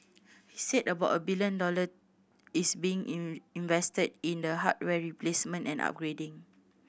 he said about a billion dollar is being in invested in the hardware replacement and upgrading